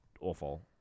awful